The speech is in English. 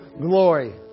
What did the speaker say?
glory